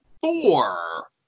four